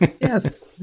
Yes